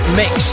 mix